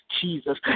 Jesus